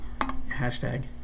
Hashtag